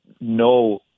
no